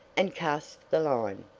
and cast the line!